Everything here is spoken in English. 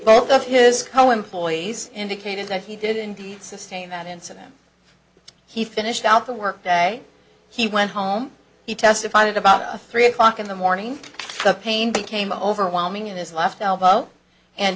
both of his co employees indicated that he did indeed sustain that incident he finished out the work day he went home he testified about three o'clock in the morning the pain became overwhelming in his left elbow and